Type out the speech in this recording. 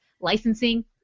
licensing